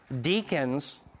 deacons